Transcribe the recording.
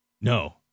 No